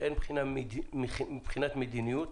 והן מבחינת מדיניות,